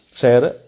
share